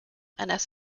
and